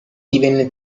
divenne